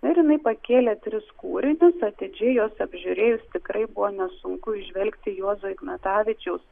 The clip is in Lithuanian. na ir jinai pakėlė tris kūrinius atidžiai juos apžiūrėjus tikrai buvo nesunku įžvelgti juozo ignatavičiaus